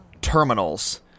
terminals